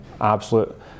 Absolute